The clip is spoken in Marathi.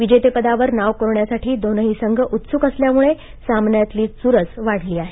विजेतेपदावर नाव कोरण्यासाठी दोन्ही संघ उत्सुक असल्यामुळे सामन्यातली चुरस वाढली आहे